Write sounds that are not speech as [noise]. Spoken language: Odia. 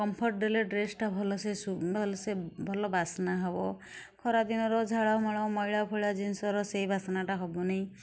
କମ୍ଫଟ୍ ଦେଲେ ଡ୍ରେସ୍ଟା ଭଲସେ [unintelligible] ଭଲସେ ଭଲ ବାସ୍ନା ହେବ ଖରା ଦିନର ଝାଳମାଳ ମଇଳାଫଇଳା ଜିନିଷର ସେଇ ବାସ୍ନାଟା ହେବ ନାହିଁ